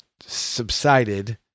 subsided